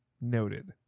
Noted